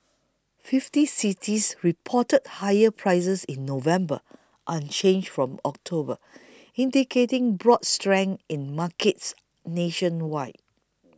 fifty cities reported higher prices in November unchanged from October indicating broad strength in markets nationwide